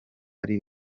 ari